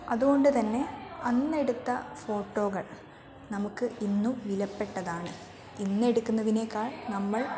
അതുകൊണ്ട് തന്നെ അന്നെടുത്ത ഫോട്ടോകൾ നമുക്ക് ഇന്നും വിലപ്പെട്ടതാണ് ഇന്നെടുക്കുന്നതിനേക്കാൾ നമ്മൾ